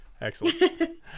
Excellent